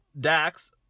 Dax